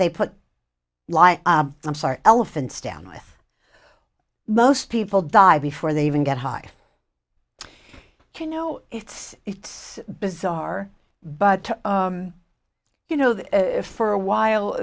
they put life i'm sorry elephants down with most people die before they even get high you know it's it's bizarre but you know that for awhile